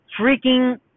freaking